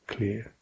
Clear